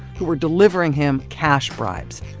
who were delivering him cash bribes,